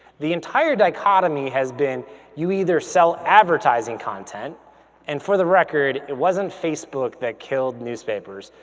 the entire dichotomy has been you either sell advertising content and for the record, it wasn't facebook that killed newspapers.